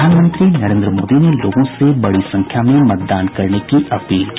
प्रधानमंत्री नरेन्द्र मोदी ने लोगों से बड़ी संख्या में मतदान करने की अपील की